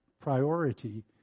priority